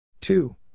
Two